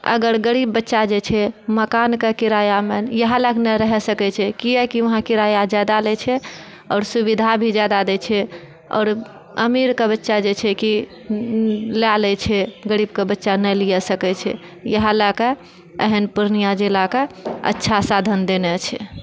अगर गरीब बच्चा जे छै मकानके किरायामे इएह लए कऽ नहि रहि सकै छै कियाकि वहां किराया जादा लै छै आओर सुविधा भी जादा दै छै आओर अमीरके बच्चा जे छै कि लए लै छै गरीबके बच्चा नहि लिअ सकै छै इएहे लए कऽ एहन पूर्णिया जिलाके अच्छा साधन देने छै